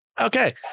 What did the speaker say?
Okay